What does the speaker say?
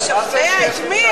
לשכנע את מי?